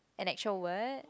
an actual word